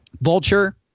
vulture